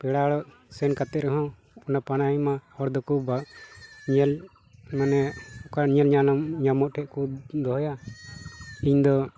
ᱯᱮᱲᱟ ᱦᱚᱲᱚᱜ ᱥᱮᱱ ᱠᱟᱛᱮ ᱨᱮᱦᱚᱸ ᱚᱱᱟ ᱯᱟᱱᱟᱦᱤ ᱢᱟ ᱦᱚᱲ ᱫᱚᱠᱚ ᱚᱠᱟ ᱧᱮᱞ ᱧᱟᱢᱚᱜ ᱴᱷᱮᱱ ᱠᱚ ᱫᱚᱦᱚᱭᱟ ᱤᱧᱫᱚ